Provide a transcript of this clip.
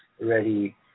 ready